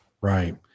right